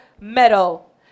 Medal